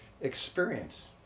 experience